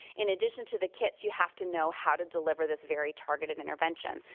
in addition to the kits, you have to know how to deliver this very targeted intervention.